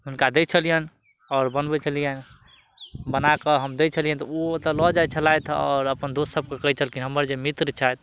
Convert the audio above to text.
हुनका दै छलियैन आओर बनबै छलियनि बनाकऽ हम दै छलियनि तऽ ओ ओतऽ लऽ जाइ छलथि आओर अपन दोस्त सबके कहै छलखिन हमर जे मित्र छथि